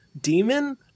demon